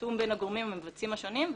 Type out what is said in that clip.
תיאום בין הגורמים והמבצעים השונים,